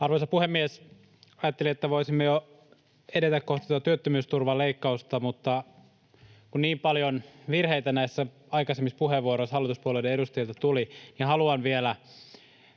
Arvoisa puhemies! Ajattelin, että voisimme jo edetä kohti tuota työttömyysturvaleikkausta, mutta kun niin paljon virheitä näissä aikaisemmissa puheenvuoroissa hallituspuolueiden edustajilta tuli, niin haluan vielä